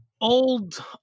old